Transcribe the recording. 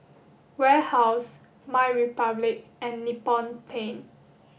Warehouse MyRepublic and Nippon Paint